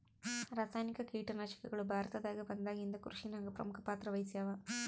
ರಾಸಾಯನಿಕ ಕೀಟನಾಶಕಗಳು ಭಾರತದಾಗ ಬಂದಾಗಿಂದ ಕೃಷಿನಾಗ ಪ್ರಮುಖ ಪಾತ್ರ ವಹಿಸ್ಯಾವ